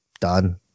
done